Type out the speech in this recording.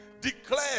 Declare